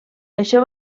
això